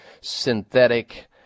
synthetic